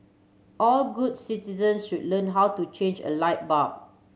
all good citizen should learn how to change a light bulb